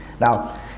Now